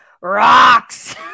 Rocks